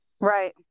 Right